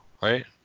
right